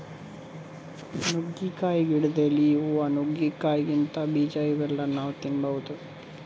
ನುಗ್ಗಿಕಾಯಿ ಗಿಡದ್ ಎಲಿ, ಹೂವಾ, ನುಗ್ಗಿಕಾಯಿದಾಗಿಂದ್ ಬೀಜಾ ಇವೆಲ್ಲಾ ನಾವ್ ತಿನ್ಬಹುದ್